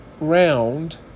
Round